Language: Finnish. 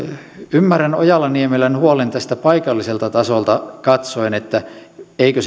ymmärrän ojala niemelän huolen paikalliselta tasolta katsoen että eikö